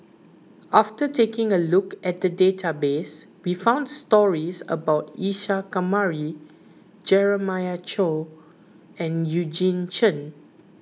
after taking a look at the database we found stories about Isa Kamari Jeremiah Choy and Eugene Chen